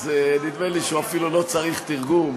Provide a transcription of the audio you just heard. נדמה לי שהוא אפילו לא צריך תרגום,